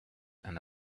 and